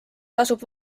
tasub